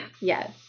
Yes